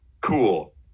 cool